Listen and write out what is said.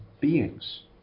beings